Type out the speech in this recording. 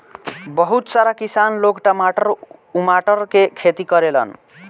बहुत सारा किसान लोग टमाटर उमाटर के खेती करेलन